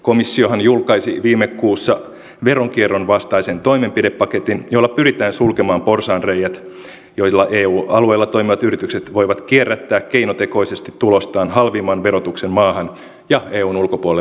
komissiohan julkaisi viime kuussa veronkierron vastaisen toimenpidepaketin jolla pyritään sulkemaan porsaanreiät joilla eu alueella toimivat yritykset voivat kierrättää keinotekoisesti tulostaan halvimman verotuksen maahan ja eun ulkopuolelle veroparatiiseihin